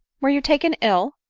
were you taken ill?